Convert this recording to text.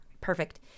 perfect